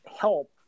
help